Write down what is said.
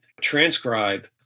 transcribe